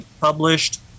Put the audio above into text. published